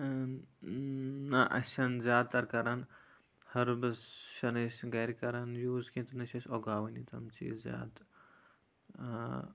نہ اَسہِ چھِنہٕ زیادٕ تَر کران ۂربٔز چھِنہٕ أسۍ گرِ کران یوٗز کیٚنہہ تہٕ نہ چھِ أسۍ اُگاوٲنی تِم چیٖز زیادٕ